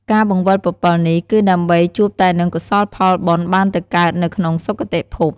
ការបង្វិលពពិលនេះគឺដើម្បីជួបតែនឹងកុសលផលបុណ្យបានទៅកើតនៅក្នុងសុគតិភព។